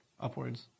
upwards